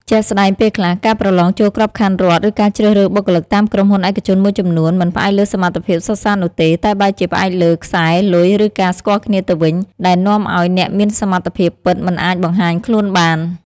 ជាក់ស្ដែង ពេលខ្លះ ការប្រឡងចូលក្របខ័ណ្ឌរដ្ឋ ឬការជ្រើសរើសបុគ្គលិកតាមក្រុមហ៊ុនឯកជនមួយចំនួន មិនផ្អែកលើសមត្ថភាពសុទ្ធសាធនោះទេ តែបែរជាផ្អែកលើ «ខ្សែ» «លុយ» ឬ «ការស្គាល់គ្នា» ទៅវិញ ដែលនាំឲ្យអ្នកមានសមត្ថភាពពិតមិនអាចបង្ហាញខ្លួនបាន។